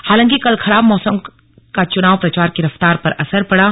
हालांकि कल खराब मौसम का चुनाव प्रचार की रफ्तार पर असर पड़ा